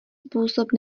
způsob